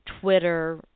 Twitter